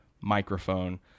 microphone